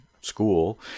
school